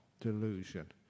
delusion